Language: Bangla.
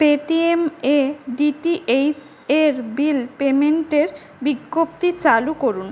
পেটিএম এ ডিটিএইচ এর বিল পেমেন্টের বিজ্ঞপ্তি চালু করুন